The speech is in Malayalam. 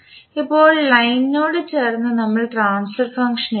ഇപ്പോൾ ലൈനിനോട് ചേർന്ന് നമ്മൾ ട്രാൻസ്ഫർ ഫംഗ്ഷൻ എഴുതുന്നു